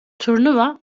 turnuva